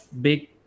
big